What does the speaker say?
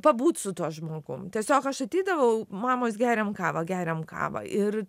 pabūt su tuo žmogum tiesiog aš ateidavau mamos geriam kavą geriam kavą ir